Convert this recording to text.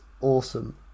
awesome